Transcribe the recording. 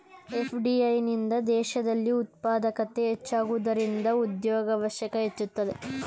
FDI ನಿಂದ ದೇಶದಲ್ಲಿ ಉತ್ಪಾದಕತೆ ಹೆಚ್ಚಾಗುವುದರಿಂದ ಉದ್ಯೋಗವಕಾಶ ಹೆಚ್ಚುತ್ತದೆ